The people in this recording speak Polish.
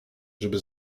żeby